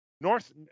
North